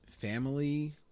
family